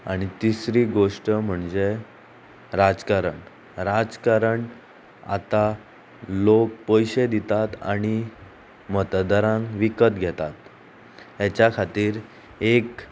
तिसरी गोश्ट म्हणजे राजकारण राजकारण आतां लोक पयशे दितात आनी मतदारांक विकत घेतात हेच्या खातीर एक